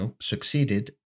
succeeded